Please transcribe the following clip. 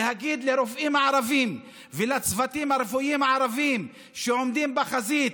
להגיד לרופאים הערבים ולצוותים הרפואיים הערבים שעומדים בחזית,